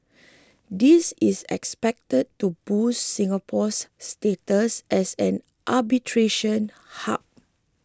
this is expected to boost Singapore's status as an arbitration hub